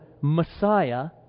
Messiah